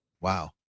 Wow